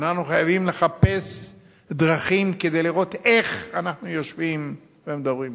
אנחנו חייבים לחפש דרכים כדי לראות איך אנחנו יושבים ומדברים אתם.